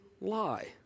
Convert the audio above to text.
lie